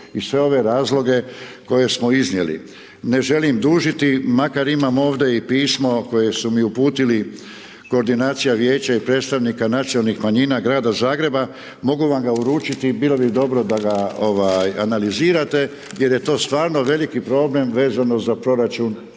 i sve ove razloge koje smo iznijeli. Ne želim dužiti, makar imam ovdje i pismo, koje su mi uputili koordinacija vijeća i predstavnika nacionalnih manjina Grada Zagreba, mogu vam ga uručiti i bilo bi dobro da ga analizirate, jer je to stvarno veliki problem vezano za proračun